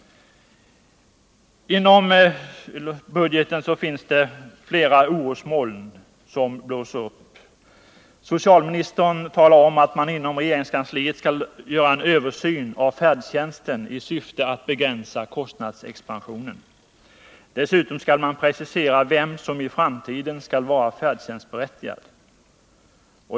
Inom budgeten finns flera orosmoln som blåser upp. Socialministern talar om att man inom regeringskansliet skall göra en översyn av färdtjänsten i syfte att begränsa kostnadsexpansionen. Dessutom skall man precisera vem som i framtiden skall vara färdtjänstberättigad.